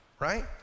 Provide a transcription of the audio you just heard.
right